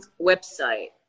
website